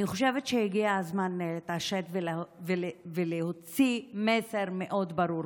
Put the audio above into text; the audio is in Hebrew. אני חושבת שהגיע הזמן לשבת ולהוציא מסר מאוד ברור,